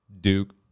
Duke